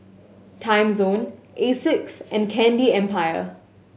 Timezone Asics and Candy Empire